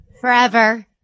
Forever